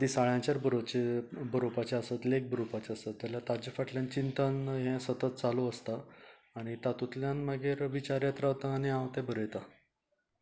दिसाळ्यांचेर बरोवचे बरोवपाचे आसा लेख बरोवपाचे आसत जाल्यार ताजे फाटल्यान चिंतन हे सतत चालूं आसता आनी तातूंतल्यान मागीर विचार येत रावता आनी हांव तें बरयतां